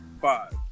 five